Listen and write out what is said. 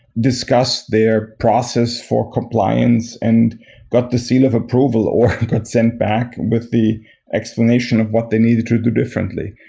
discuss their process for compliance and got the seal of approval or consent back with the explanation of what they needed to do differently.